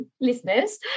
listeners